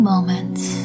Moments